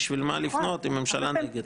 בשביל מה לפנות אם הממשלה מתנגדת.